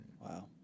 Wow